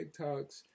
TikToks